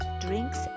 drinks